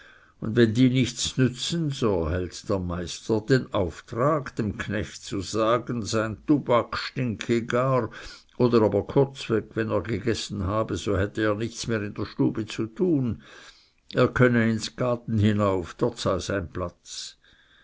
und wenn die nichts nützen so erhält der meister den auftrag dem knecht zu sagen sein tubak stinke gar oder aber kurzweg wenn er gegessen habe so hätte er nichts mehr in der stube zu tun er könne ins gaden hinauf dort sei sein platz